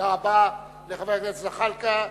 תודה רבה לחבר הכנסת זחאלקה.